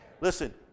Listen